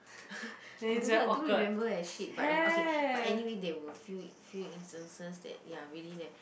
I don't know I don't remember eh shit but I'm okay but anyway there were few few instances that ya really ne~